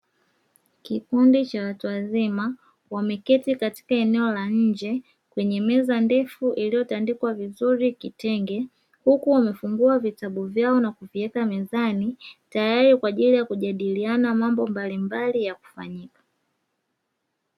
KIkundi cha watu wazima wameketi katika eneo la nje lenye meza ndefu iliyotandikwa vizuri kitenge, huku wamefungua vitabu vyao na kuviweka mezani tayari kwa ajili ya kujadiliana mambo mbalimbali ya kufanya.